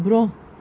برٛۄنٛہہ